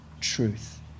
truth